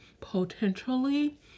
potentially